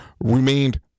remained